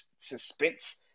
suspense